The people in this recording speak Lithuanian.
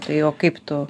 tai o kaip tu